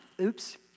Oops